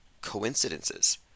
coincidences